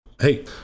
Hey